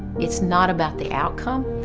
it's not about the outcome.